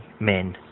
men